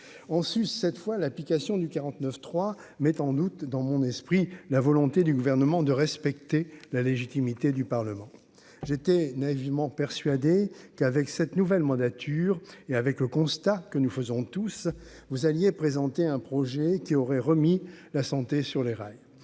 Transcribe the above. on suce cette fois l'application du 49 3 mettent en doute dans mon esprit, la volonté du gouvernement de respecter la légitimité du Parlement, j'étais naïvement persuadé qu'avec cette nouvelle mandature et avec le constat que nous faisons tous vous alliez présenter un projet qui aurait remis la santé sur les rails,